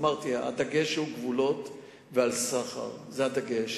אמרת, הדגש הוא על גבולות ועל סחר, זה הדגש.